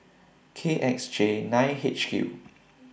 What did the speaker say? K X J nine H Q